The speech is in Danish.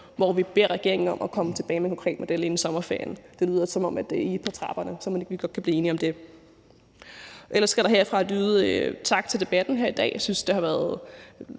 hvor vi beder regeringen om at komme tilbage med en konkret model inden sommerferien. Det lyder, som om det er lige på trapperne, så mon ikke vi godt kan blive enige om det? Ellers skal der herfra lyde en tak for debatten her i dag. Jeg synes, det har været